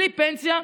בלי פנסיה,